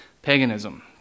Paganism